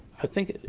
i think,